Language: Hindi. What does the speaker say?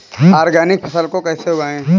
ऑर्गेनिक फसल को कैसे उगाएँ?